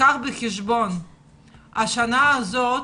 קח בחשבון שהשנה הזאת